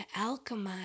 alchemize